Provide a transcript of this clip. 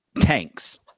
tanks